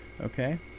okay